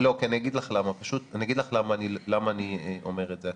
לא, כי אני אגיד לך למה אני אומר את זה.